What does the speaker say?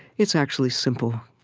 it's actually simple.